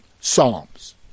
Psalms